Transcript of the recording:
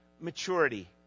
Maturity